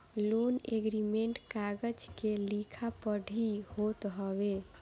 loan agreement कागज के लिखा पढ़ी होत हवे